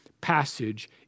passage